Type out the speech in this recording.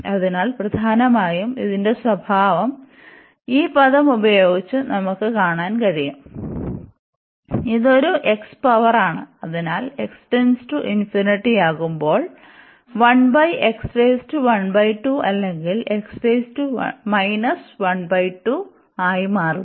അതിനാൽ പ്രധാനമായും ഇതിന്റെ സ്വഭാവം ഈ പദം ഉപയോഗിച്ച് നമുക്ക് കാണാൻ കഴിയും ഇത് ഒരു x പവർ ആണ് അതിനാൽ ആകുമ്പോൾ അല്ലെങ്കിൽ ആയിമാറുന്നു